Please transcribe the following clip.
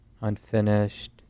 unfinished